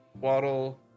waddle